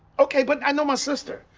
ok, but i know my sister.